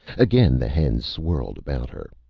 again the hens swirled about her,